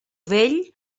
vell